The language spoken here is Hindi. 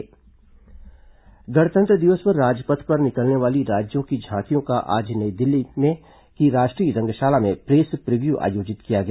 गणतंत्र दिवस झांकी गणतंत्र दिवस पर राजपथ पर निकलने वाली राज्यों की झांकियों का आज नई दिल्ली की राष्ट्रीय रंगशाला में प्रेस प्रीव्यू आयोजित किया गया